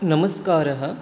नमस्कारः